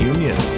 Union